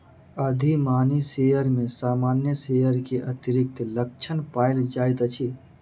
अधिमानी शेयर में सामान्य शेयर के अतिरिक्त लक्षण पायल जाइत अछि